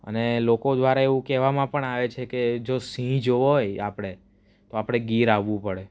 અને લોકો દ્વારા એવું કહેવામાં પણ આવે છે કે જો સિંહ જોવો હોય આપણે આપણે ગીર આવવું પડે